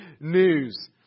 news